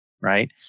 right